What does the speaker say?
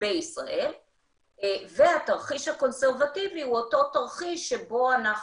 בישראל והתרחיש הקונסרבטיבי הוא אותו תרחיש שבו אנחנו